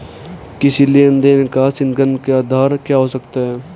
किसी लेन देन का संदिग्ध का आधार क्या हो सकता है?